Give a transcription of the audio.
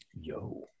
Yo